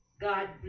God